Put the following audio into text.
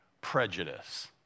prejudice